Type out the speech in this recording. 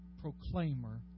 proclaimer